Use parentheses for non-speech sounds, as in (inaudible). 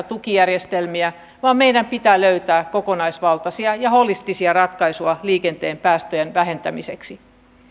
(unintelligible) tukijärjestelmiä vaan meidän pitää löytää kokonaisvaltaisia ja holistisia ratkaisuja liikenteen päästöjen vähentämiseksi